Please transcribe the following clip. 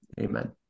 Amen